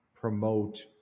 promote